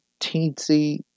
teensy